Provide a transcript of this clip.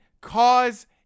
Cause